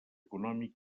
econòmic